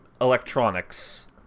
electronics